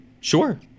Sure